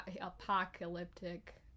apocalyptic